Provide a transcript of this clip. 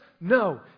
No